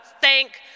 thank